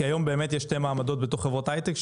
כי היום באמת יש שני מעמדות בתוך חברות ההייטק,